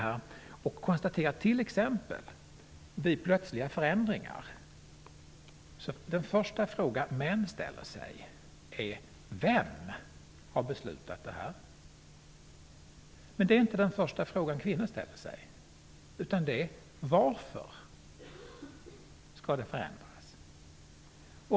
Det har t.ex. konstaterats att vid plötsliga förändringar är den första frågan män ställer sig: Vem har beslutat det här? Men det är inte den första fråga kvinnor ställer sig. Kvinnor undrar: Varför skall det förändras?